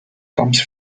comes